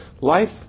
life